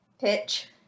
pitch